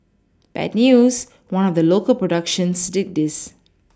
bad news one of the local productions did this